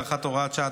הארכת הוראת שעה),